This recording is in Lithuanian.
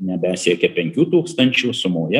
jos nebesiekia penkių tūkstančių sumoje